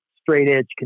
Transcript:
straight-edge